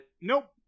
nope